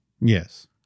Yes